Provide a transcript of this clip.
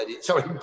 Sorry